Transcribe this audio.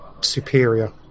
superior